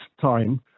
time